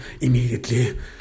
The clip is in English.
immediately